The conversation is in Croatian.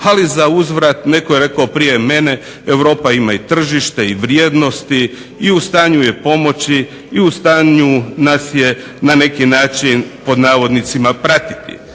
ali zauzvrat netko je rekao prije mene, Europa ima i tržište i vrijednosti i u stanju je pomoći i u stanju nas je na neki način "pratiti".